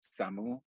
Samu